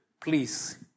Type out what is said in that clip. please